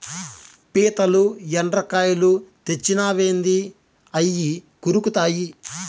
పీతలు, ఎండ్రకాయలు తెచ్చినావేంది అయ్యి కొరుకుతాయి